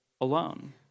alone